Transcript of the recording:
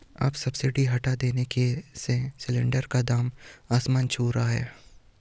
अब सब्सिडी हटा देने से सिलेंडर का दाम आसमान छू रहा है